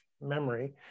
memory